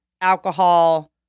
alcohol